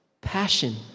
passion